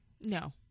No